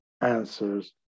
answers